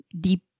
deep